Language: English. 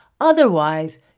Otherwise